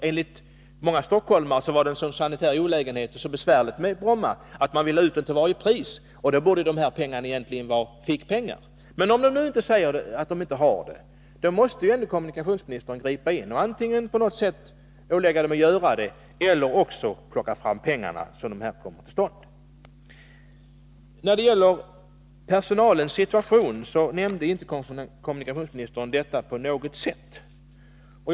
Enligt många stockholmare var det så besvärligt att ha flygtrafiken på Bromma — det var en sanitär olägenhet — att man till varje pris ville ha ut den till Arlanda. Då borde det här egentligen bara vara fickpengar. Men om nu Stockholms kommun säger att man inte har pengar till detta måste kommunikationsministern gripa in och antingen på något sätt ålägga Stockholms kommun att göra sina insatser eller också plocka fram de pengar som behövs för att insatserna skall komma till stånd på annat sätt. Kommunikationsministern nämnde inte något om personalens situation.